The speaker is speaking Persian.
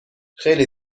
خیلی